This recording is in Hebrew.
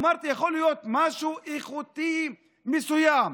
אמרתי, יכול להיות משהו איכותי מסוים.